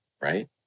right